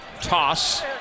toss